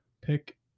Pick